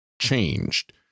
changed